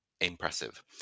impressive